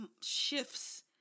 shifts